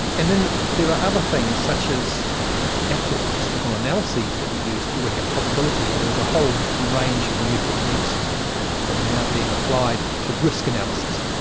and then there are other things such as the actual statistical analyses that we use to work out probability, and there is a whole range of new techniques that are now being applied to risk analysis.